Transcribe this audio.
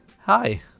Hi